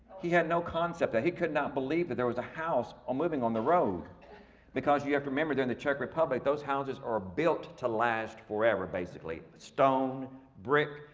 he had no concept that, he could not believe that there was a house moving on the road because you you have to remember during the czech republic, those houses are built to last forever basically, stone brick,